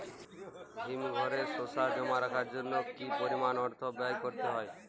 হিমঘরে শসা জমা রাখার জন্য কি পরিমাণ অর্থ ব্যয় করতে হয়?